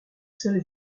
seules